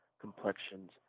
complexions